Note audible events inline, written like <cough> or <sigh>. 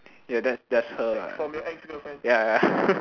ya that's that's her lah ya ya ya <laughs>